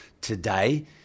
today